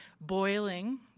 boiling